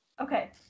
Okay